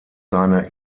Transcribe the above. seine